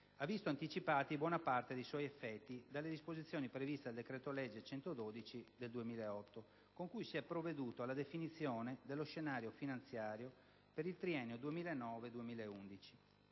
ha visto anticipati buona parte dei suoi effetti dalle disposizioni previste dal decreto-legge n. 112 del 2008, con cui si è provveduto alla definizione dello scenario finanziario per il triennio 2009-2011.